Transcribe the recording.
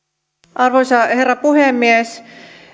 arvoisa herra puhemies